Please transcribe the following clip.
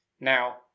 now